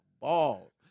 balls